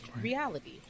reality